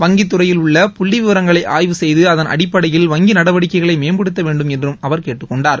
வங்கித்துறையில் உள்ள புள்ளி விவரங்களை ஆய்வு செய்து அதன் அடிப்படையில் வங்கி நடவடிக்கைகளை மேம்படுத்த வேண்டும் என்றும் அவர் கேட்டுக் கொண்டார்